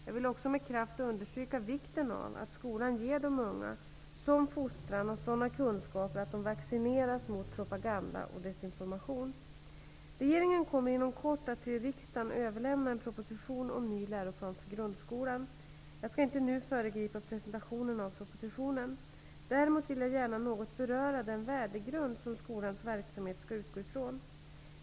Jag vill också med kraft understryka vikten av att skolan ger de unga en sådan fostran och sådana kunskaper att de vaccineras mot propaganda och desinformation. Regeringen kommer inom kort att till riksdagen överlämna en proposition om ny läroplan för grundskolan. Jag skall inte nu föregripa presentationen av propositionen. Däremot vill jag gärna något beröra den värdegrund som skolans verksamhet skall utgå från.